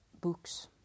books